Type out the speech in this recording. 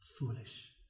foolish